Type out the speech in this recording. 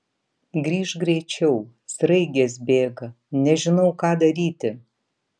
grįžk greičiau sraigės bėga nežinau ką daryti